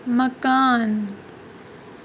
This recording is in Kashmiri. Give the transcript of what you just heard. مکان